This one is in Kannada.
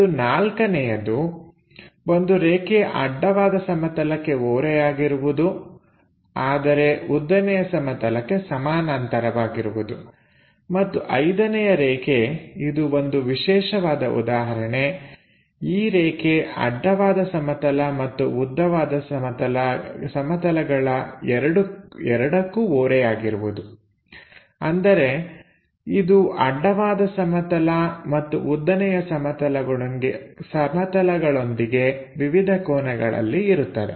ಮತ್ತು ನಾಲ್ಕನೆಯದು ಒಂದು ರೇಖೆ ಅಡ್ಡವಾದ ಸಮತಲಕ್ಕೆ ಓರೆಯಾಗಿರುವುದು ಆದರೆ ಉದ್ದನೆಯ ಸಮತಲಕ್ಕೆ ಸಮಾನಾಂತರವಾಗಿರುವುದು ಮತ್ತು ಐದನೆಯ ರೇಖೆ ಇದು ಒಂದು ವಿಶೇಷವಾದ ಉದಾಹರಣೆ ಈ ರೇಖೆ ಅಡ್ಡವಾದ ಸಮತಲ ಮತ್ತು ಉದ್ದನೆಯ ಸಮತಲಗಳಿಗೆ ಎರಡಕ್ಕೂ ಓರೆಯಾಗಿರುವುದು ಅಂದರೆ ಇದು ಅಡ್ಡವಾದ ಸಮತಲ ಮತ್ತು ಉದ್ದನೆಯ ಸಮತಲಗಳೊಂದಿಗೆ ವಿವಿಧ ಕೋನಗಳಲ್ಲಿ ಇರುತ್ತದೆ